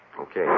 Okay